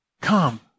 Come